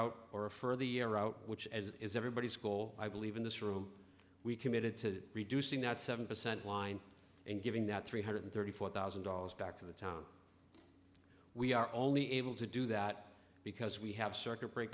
out or a further year out which as it is everybody's goal i believe in this room we committed to reducing that seven percent line and giving that three hundred thirty four thousand dollars back to the time we are only able to do that because we have circuit break